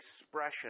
expression